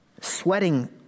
sweating